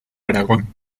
aragón